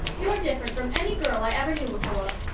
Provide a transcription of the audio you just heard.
you're different from any girl i ever knew before.